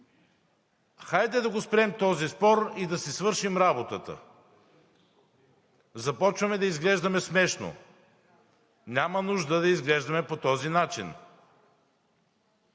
Хайде да го спрем този спор и да си свършим работата. Започваме да изглеждаме смешно. Няма нужда да изглеждаме по този начин.